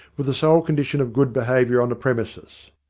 with the sole condition of good behaviour on the premises.